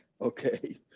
Okay